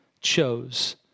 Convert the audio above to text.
chose